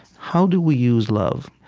how do we use love?